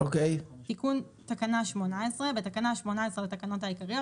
תיקון תקנה 18 בתקנה 18 לתקנות העיקריות,